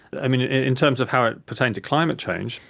in terms of how it pertained to climate change,